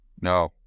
No